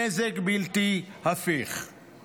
נזק בלתי הפיך,